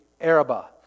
Arabah